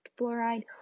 fluoride